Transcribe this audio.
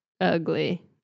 ugly